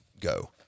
go